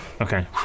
Okay